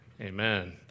Amen